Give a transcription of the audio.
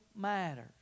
matters